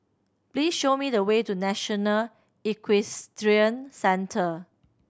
please show me the way to National Equestrian Centre